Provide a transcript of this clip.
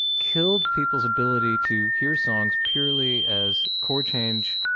killed people's ability to hear songs purely as cord change,